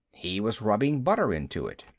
he was rubbing butter into it.